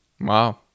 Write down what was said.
wow